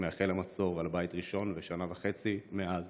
מתחילת המצור על בית ראשון ושנה וחצי מאז